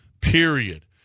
period